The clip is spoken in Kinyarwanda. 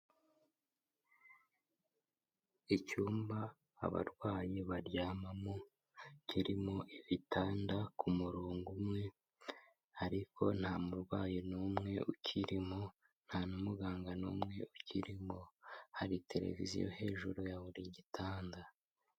Icyumba abarwayi baryamamo, kirimo ibitanda ku murongo umwe, ariko nta murwayi n'umwe ukirimo nta n'umuganga n'umwe ukirimo, hari televiziyo hejuru ya buri gitanda.